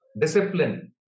discipline